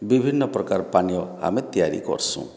ବିଭିନ୍ନ ପ୍ରକାର ପାନୀୟ ଆମେ ତିଆରି କରସୁଁ